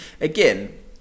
again